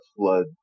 flood